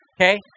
Okay